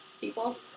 people